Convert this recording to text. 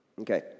Okay